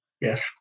Yes